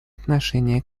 отношения